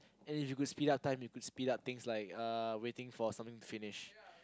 and if you could speed up time you could just speed up things like uh waiting for something to finish